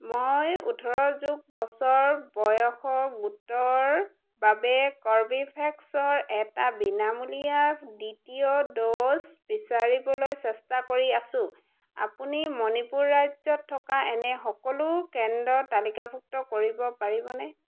মই ওঠৰ যোগ বছৰ বয়সৰ গোটৰ বাবে কৰ্বীভেক্সৰ এটা বিনামূলীয়া দ্বিতীয় ড'জ বিচাৰিবলৈ চেষ্টা কৰি আছোঁ আপুনি মণিপুৰ ৰাজ্যত থকা এনে সকলো কেন্দ্ৰ তালিকাভুক্ত কৰিব পাৰিবনে